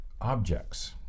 objects